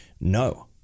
no